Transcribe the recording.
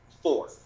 four